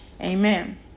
Amen